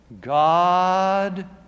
God